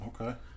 okay